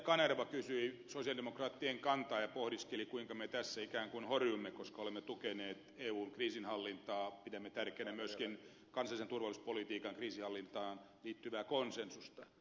kanerva kysyi sosialidemokraattien kantaa ja pohdiskeli kuinka me tässä ikään kuin horjumme koska olemme tukeneet eun kriisinhallintaa ja pidämme tärkeänä myöskin kansallisen turvallisuuspolitiikan kriisinhallintaan liittyvää konsensusta